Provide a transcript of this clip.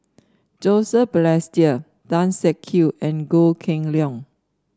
Joseph Balestier Tan Siak Kew and Goh Kheng Long